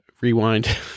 Rewind